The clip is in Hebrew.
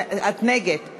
אני מתנגדת לחוק הזה.